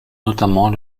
notamment